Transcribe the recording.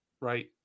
right